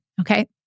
Okay